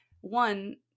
one